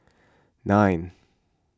nine